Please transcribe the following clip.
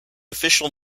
official